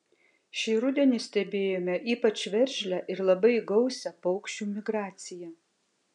šį rudenį stebėjome ypač veržlią ir labai gausią paukščių migraciją